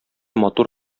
матур